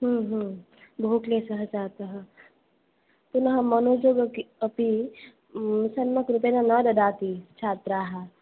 बहुक्लेशः जातः पुनः मनोजव् अ अपि सम्यक् रूपेण न ददाति छात्राः